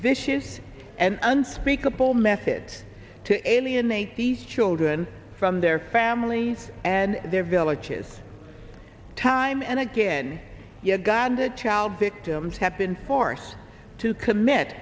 vicious and unspeakable method to alienate these children from their families and their villages time and again god the child victims have been forced to commit